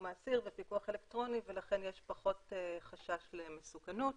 האסיר ופיקוח אלקטרוני ולכן יש פחות חשש למסוכנות.